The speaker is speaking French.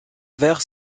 verre